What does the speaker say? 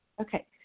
okay